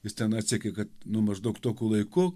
jis ten atsekė kad nu maždaug tokiu laiku